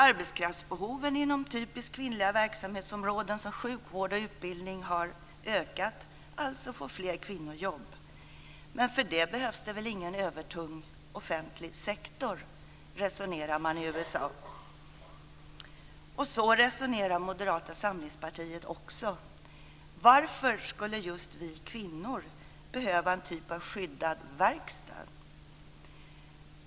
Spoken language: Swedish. Arbetskraftsbehoven inom typiskt kvinnliga verksamhetsområden som sjukvård och utbildning har ökat, och alltså får fler kvinnor jobb. Men för det behövs det väl ingen övertung offentlig sektor, resonerar man i USA. Så resonerar Moderata samlingspartiet också. Varför skulle just vi kvinnor behöva en typ av skyddad verkstad?